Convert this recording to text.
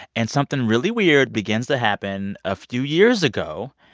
and something really weird begins to happen a few years ago.